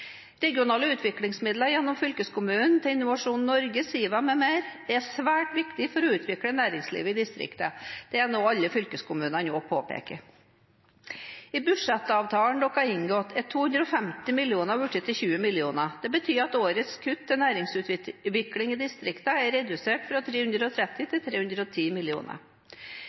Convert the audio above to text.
Regionale utviklingsmidler gjennom fylkeskommunen til Innovasjon Norge, SIVA m.m. er svært viktig for å utvikle næringslivet i distriktene. Det er noe alle fylkeskommunene også påpeker. I budsjettavtalen Venstre har inngått, er 250 mill. kr blitt til 20 mill. kr. Det betyr at årets kutt til næringsutvikling i distriktene er redusert fra 330 mill. kr til 310